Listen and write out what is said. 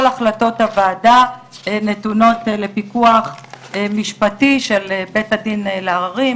כל החלטות הוועדה נתונות לפיקוח משפטי של בית הדין לעררים,